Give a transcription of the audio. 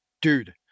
dude